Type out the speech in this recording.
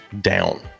down